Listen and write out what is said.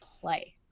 play